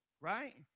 Right